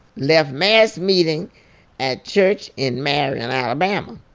left mass meeting at church in marion, ala, but um ah